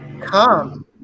come